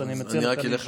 אז אני מציע שתישאר.